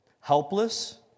helpless